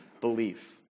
belief